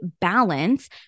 balance